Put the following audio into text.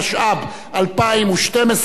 התשע"ב 2012,